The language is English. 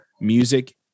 music